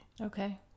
okay